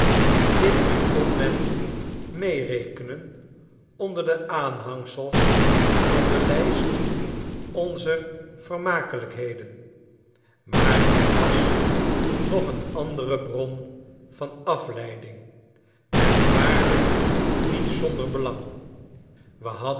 dit nu kon men meerekenen onder de aanhangsels van de lijst onzer vermakelijkheden maar er was nog een andere bron van afleiding en waarlijk niet zonder belang we hadden